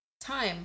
Time